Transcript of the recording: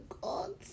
god